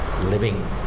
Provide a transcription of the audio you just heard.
living